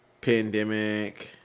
pandemic